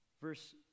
Verse